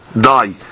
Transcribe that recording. die